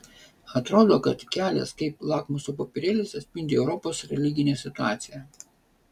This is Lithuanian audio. atrodo kad kelias kaip lakmuso popierėlis atspindi europos religinę situaciją